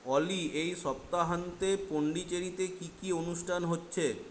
অলি এই সপ্তাহান্তে পন্ডিচেরিতে কি কি অনুষ্ঠান হচ্ছে